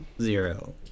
zero